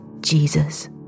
Jesus